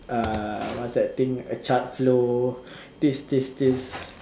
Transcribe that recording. uh what's that thing a chart flow this this this